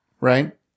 right